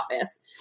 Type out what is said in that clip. office